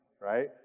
Right